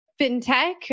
fintech